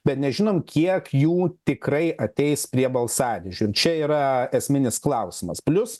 bet nežinom kiek jų tikrai ateis prie balsadėžių čia yra esminis klausimas plius